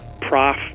Prof